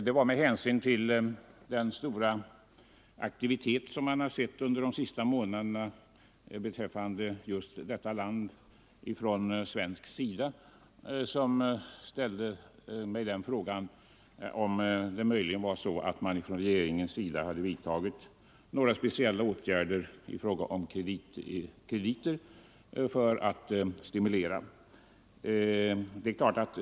Det var med anledning av den stora aktivitet från svensk sida som man har sett under de senaste månaderna beträffande just detta land som jag ställde mig frågan om det möjligen var så att regeringen hade vidtagit några speciella åtgärder när det gäller krediter i stimulanssyfte.